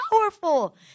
powerful